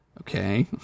Okay